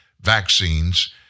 vaccines